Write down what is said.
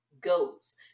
goes